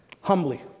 humbly